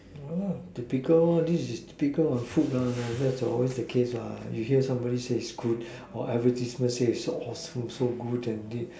ya lah typical one this is typical on food one lah that's always the case lah you hear somebody say it's good or advertisement say so it's awesome so good and